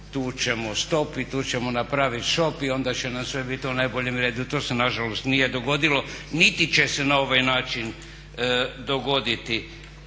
tu ćemo stop i tu ćemo napraviti shop i onda će nam sve biti u najboljem redu. To se nažalost nije dogodilo niti će se na ovaj način dogoditi.